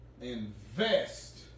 Invest